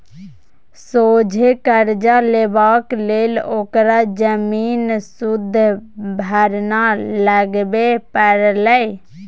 सोझे करजा लेबाक लेल ओकरा जमीन सुदभरना लगबे परलै